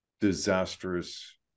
disastrous